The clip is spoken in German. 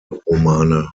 romane